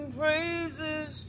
praises